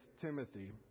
Timothy